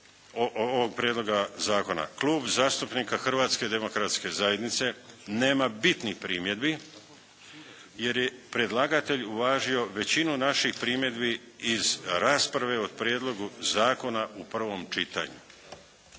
prijedloga zakona, Klub zastupnika Hrvatske demokratske zajednice nema bitnih primjedbi jer je predlagatelj uvažio većinu naših primjedbi iz rasprave o prijedlogu zakona u prvom čitanju.